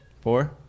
Four